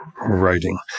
writing